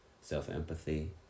self-empathy